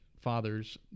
fathers